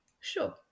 Sure